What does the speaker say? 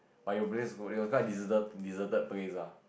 but it place it was quite deserted deserted place lah